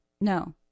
No